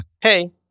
Hey